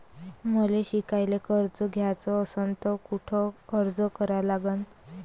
मले शिकायले कर्ज घ्याच असन तर कुठ अर्ज करा लागन?